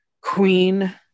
Queen